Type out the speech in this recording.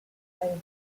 slave